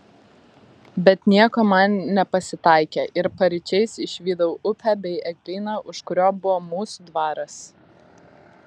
bet nieko man nepasitaikė ir paryčiais išvydau upę bei eglyną už kurio buvo mūsų dvaras